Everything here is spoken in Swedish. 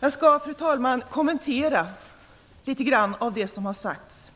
Jag skall, fru talman, kommentera litet grand av det som har sagts.